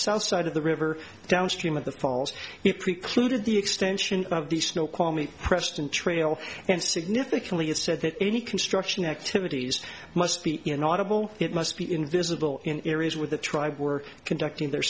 south side of the river downstream of the falls it precluded the extension of the snow kwame preston trail and significantly it said that any construction activities must be inaudible it must be invisible in areas where the tribes were conducting their